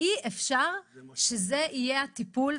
אי אפשר שזה יהיה הטיפול,